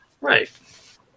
Right